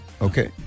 okay